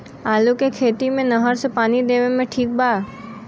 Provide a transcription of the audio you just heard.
आलू के खेती मे नहर से पानी देवे मे ठीक बा?